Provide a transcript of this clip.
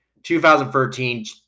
2013